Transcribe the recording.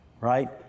right